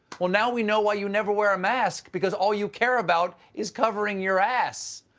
well, now we know why you never wear a mask, because all you care about is covering your ass.